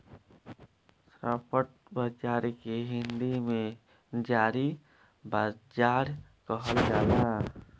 spot बाजार के हिंदी में हाजिर बाजार कहल जाला